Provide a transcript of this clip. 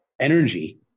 energy